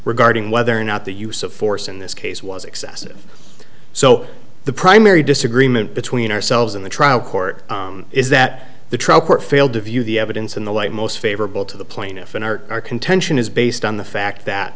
regarding whether or not the use of force in this case was excessive so the primary disagreement between ourselves in the trial court is that the trial court failed to view the evidence in the light most favorable to the plaintiff and our contention is based on the fact that